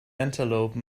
antelope